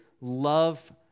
love